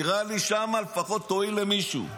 נראה לי שם, לפחות תועיל למישהו.